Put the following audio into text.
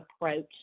approach